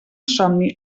somni